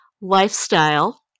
lifestyle